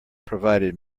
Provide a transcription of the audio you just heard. provided